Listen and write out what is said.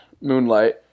Moonlight